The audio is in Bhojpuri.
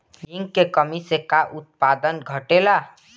जिंक की कमी से का उत्पादन घटेला?